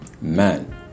Man